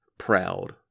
Proud